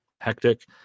hectic